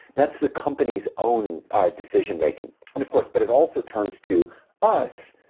that's the company's own ah decision-making and of course, but it also turns to us.